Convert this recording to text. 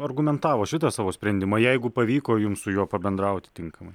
argumentavo šitą savo sprendimą jeigu pavyko jums su juo pabendrauti tinkamai